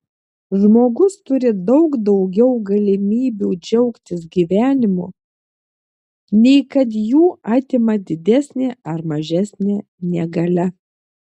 žmogus turi daug daugiau galimybių džiaugtis gyvenimu nei kad jų atima didesnė ar mažesnė negalia